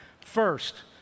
First